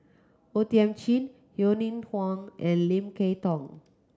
O Thiam Chin Yeo Ning Huang and Lim Kay Tong